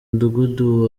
mudugudu